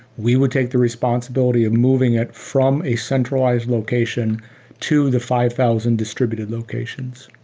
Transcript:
we would take the responsibility of moving it from a centralized location to the five thousand distributed locations.